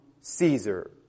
Caesar